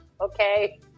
Okay